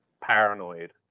paranoid